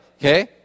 okay